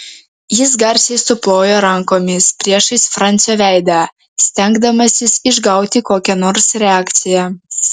jis garsiai suplojo rankomis priešais francio veidą stengdamasis išgauti kokią nors reakciją